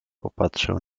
popatrzył